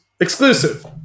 Exclusive